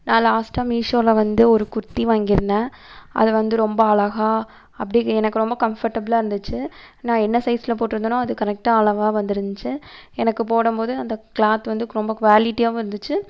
நான் லாஸ்ட்டாக மீஷோவில் வந்து ஒரு குர்தி வாங்கியிருந்தேன் அது வந்து ரொம்ப அழகாக அப்படி எனக்கு ரொம்ப கம்ஃபர்ட்டபிளா இருந்துச்சு நான் என்ன சைஸில் போட்ருந்தேனோ அது கரெக்டாக அளவாக வந்திருந்துச்சி எனக்கு போடும்போது அந்த கிளாத் வந்து ரொம்ப குவாலிட்டியாகவும் இருந்துச்சு